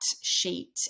sheet